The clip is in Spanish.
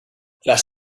las